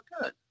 good